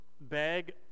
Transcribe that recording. bag